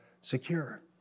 secure